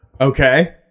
Okay